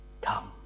come